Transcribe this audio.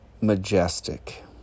majestic